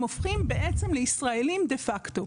הם הופכים בעצם לישראלים דה-פקטו.